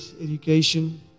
education